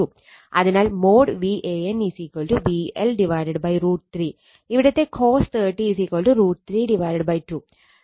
അതിനാൽ |Van | VL√ 3 ഇവിടുത്തെ cos 30 √3 2